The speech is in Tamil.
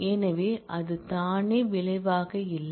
எனவே அது தானே விளைவாக இல்லை